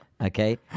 Okay